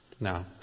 Now